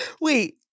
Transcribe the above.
Wait